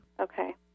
Okay